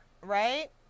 Right